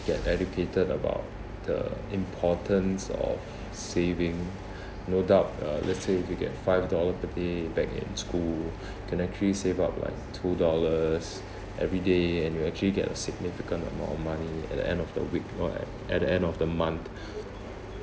get educated about the importance of saving no doubt uh let's say if you get five dollar per day back in school you can actually save up like two dollars every day and you actually get a significant amount of money at the end of the week or at at the end of the month